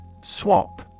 Swap